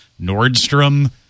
Nordstrom